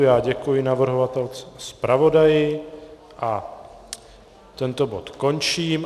Já děkuji navrhovatelce i zpravodaji a tento bod končím.